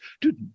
dude